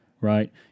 right